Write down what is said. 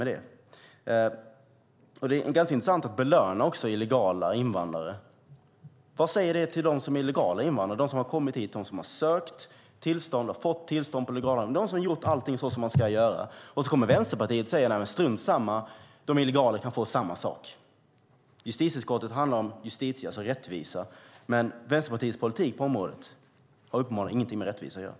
Det är intressant att belöna illegala invandrare. Vad säger det till de legala invandrare som har kommit hit, de som har sökt tillstånd och har fått tillstånd på legala grunder? De har gjort allt så som det ska göras. Sedan kommer Vänsterpartiet och säger att det är strunt samma, att de illegala kan få samma sak. Justitieutskottet handlar om justitia, det vill säga rättvisa, men Vänsterpartiets politik på området har uppenbarligen ingenting med rättvisa att göra.